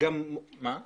הם הורידו.